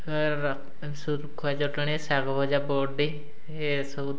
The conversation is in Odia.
ଶୁଖୁଆ ଚଟଣୀ ଶାଗ ଭଜା ବଡ଼ି ଏସବୁ